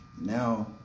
Now